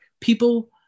people